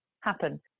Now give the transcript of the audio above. happen